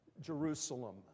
Jerusalem